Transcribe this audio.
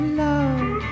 love